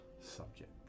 subject